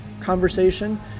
conversation